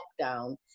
lockdown